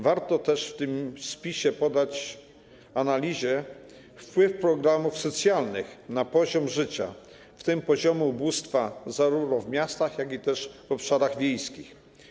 Warto też w tym spisie poddać analizie wpływ programów socjalnych na poziom życia, w tym poziom ubóstwa zarówno w miastach, jak i w obszarach wiejskich.